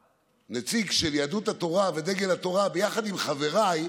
הנציג של יהדות התורה ודגל התורה, ביחד עם חבריי,